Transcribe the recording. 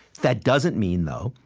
that doesn't mean, though,